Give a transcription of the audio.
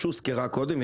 שהוזכרה קודם,